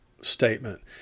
statement